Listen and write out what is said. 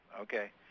Okay